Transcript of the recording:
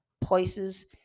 places